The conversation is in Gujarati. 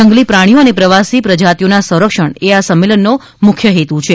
જંગલી પ્રાણીઓ અને પ્રવાસી પ્રજાતિઓના સંરક્ષણ એ આ સંમેલનનો મુખ્ય હેતુ છે